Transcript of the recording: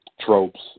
tropes